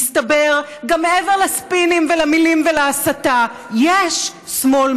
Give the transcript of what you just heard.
מסתבר שגם מעבר לספינים ולמילים ולהסתה יש שמאל,